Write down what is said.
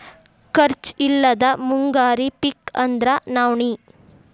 ಖರ್ಚ್ ಇಲ್ಲದ ಮುಂಗಾರಿ ಪಿಕ್ ಅಂದ್ರ ನವ್ಣಿ